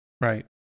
Right